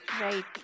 right